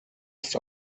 ist